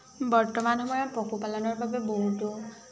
বৰ্তমান সময়ত পশুপালনৰ বাবে বহুতো